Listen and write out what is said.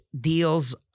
deals